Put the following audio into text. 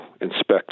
inspect